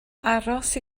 aros